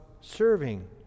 serving